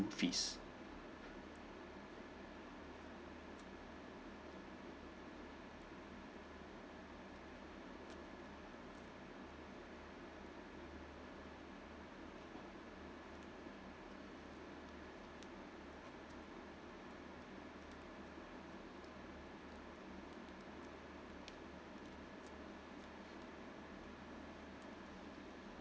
fees